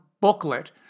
booklet